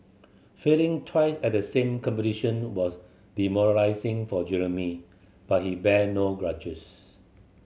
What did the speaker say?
failing twice at the same competition was demoralising for Jeremy but he bear no grudges